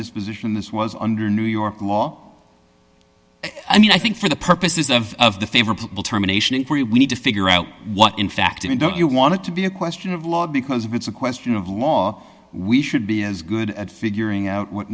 disposition this was under new york law i mean i think for the purposes of of the favorable terminations we need to figure out what in fact i mean don't you want it to be a question of law because if it's a question of law we should be as good at figuring out what